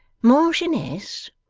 marchioness,